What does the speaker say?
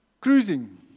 cruising